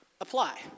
apply